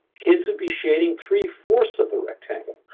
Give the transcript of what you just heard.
kids would be shading three-fourths of the rectangle.